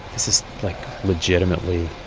this is, like, legitimately